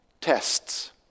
tests